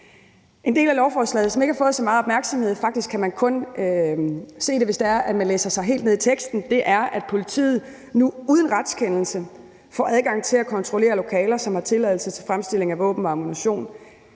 En del af lovforslaget, som faktisk ikke har fået så meget opmærksomhed, kan man kun se, hvis man læser sig helt ned i teksten. Det er, at politiet nu uden retskendelse får adgang til at kontrollere lokaler, som har tilladelse til fremstilling af våben og ammunition.